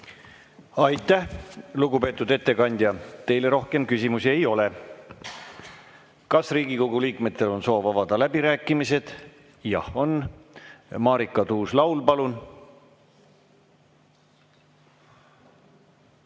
Aitäh, lugupeetud ettekandja! Teile rohkem küsimusi ei ole. Kas Riigikogu liikmetel on soov avada läbirääkimised? Jah, on. Marika Tuus-Laul, palun!